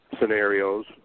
scenarios